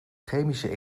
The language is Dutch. chemische